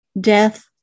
Death